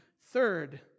third